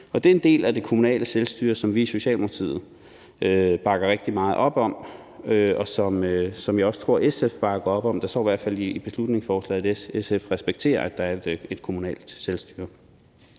Det er en del af det kommunale selvstyre, som vi i Socialdemokratiet bakker rigtig meget op om, og som jeg også tror SF bakker op om. Der står i hvert fald i beslutningsforslaget, at SF respekterer, at der er et kommunalt selvstyre.